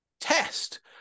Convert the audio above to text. test